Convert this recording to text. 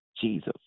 Jesus